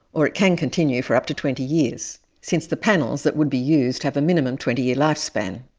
or it can continue for up to twenty years, since the panels that will be used have a minimum twenty year lifespan.